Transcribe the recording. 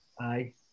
Aye